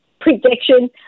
prediction